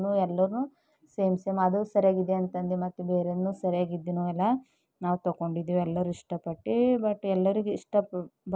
ಎಲ್ಲರೂ same same ಅದು ಸರಿಯಾಗಿದೆ ಅಂತಂದು ಮತ್ತು ಬೇರೆಯೋರ್ನೂ ಸರಿಯಾಗಿದ್ದಿನೂ ಅಲ್ಲಾ ನಾವು ತಗೊಂಡಿದ್ವಿ ಎಲ್ಲರೂ ಇಷ್ಟಪಟ್ಟು ಬಟ್ ಎಲ್ಲರಿಗೂ ಇಷ್ಟ ಬಂದು